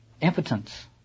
impotence